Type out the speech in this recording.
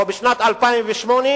או בשנת 2008,